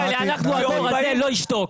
הדור הזה לא ישתוק.